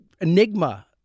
enigma